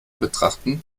betrachten